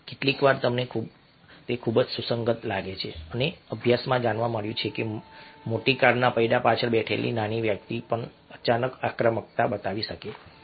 કેટલીકવાર તમને તે ખૂબ જ સુસંગત લાગે છે અને અભ્યાસમાં જાણવા મળ્યું છે કે મોટી કારના પૈડા પાછળ બેઠેલી નાની વ્યક્તિ પણ અચાનક આક્રમકતા બતાવી શકે છે